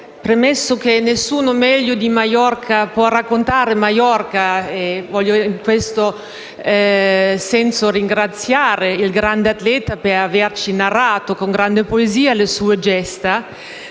premetto che nessuno meglio di Maiorca può raccontare Maiorca e, in questo senso, voglio ringraziare il grande atleta per averci narrato con grande poesia le sue gesta.